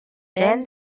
then